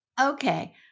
okay